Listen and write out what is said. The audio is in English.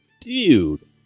dude